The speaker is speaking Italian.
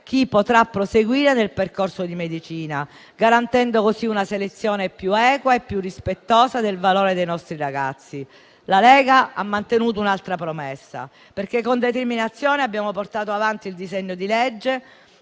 chi potrà proseguire nel percorso di medicina, garantendo così una selezione più equa e più rispettosa del valore dei nostri ragazzi. La Lega ha mantenuto un'altra promessa, perché con determinazione ha portato avanti il disegno di legge